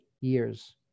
years